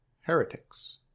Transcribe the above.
heretics